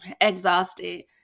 exhausted